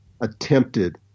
attempted